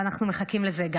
ואנחנו מחכים גם לזה.